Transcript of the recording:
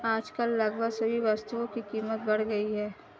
आजकल लगभग सभी वस्तुओं की कीमत बढ़ गई है